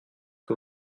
que